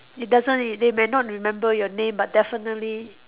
it doesn't it they may not remember your name but definitely